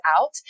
out